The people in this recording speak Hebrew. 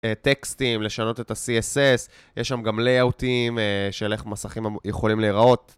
טקסטים, לשנות את ה-CSS, יש שם גם ליאאוטים של איך מסכים יכולים להיראות.